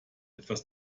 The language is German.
etwas